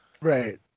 Right